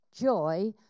joy